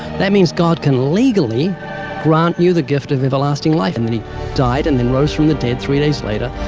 that means god can legally grant you the gift of everlasting life. and then he died and then rose from the dead three days later.